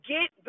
Get